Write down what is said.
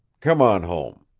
come on home.